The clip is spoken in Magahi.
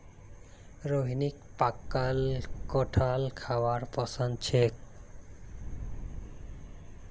रोहिणीक पकाल कठहल खाबार पसंद छेक